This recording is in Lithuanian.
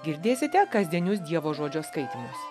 girdėsite kasdienius dievo žodžio skaitymus